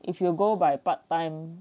if you go by part time